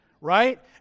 Right